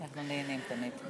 אנחנו נהנים תמיד.